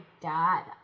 dad